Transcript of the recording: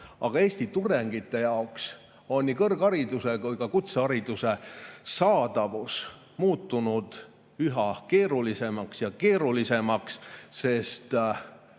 siis Eesti tudengite jaoks on nii kõrghariduse kui ka kutsehariduse kättesaadavus muutunud üha keerulisemaks ja keerulisemaks, sest